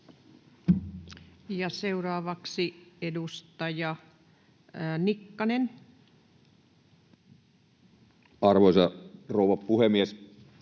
seuraavaksi edustaja Nikkanen. Arvoisa rouva puhemies!